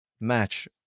match